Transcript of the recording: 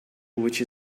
which